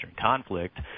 conflict